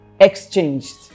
exchanged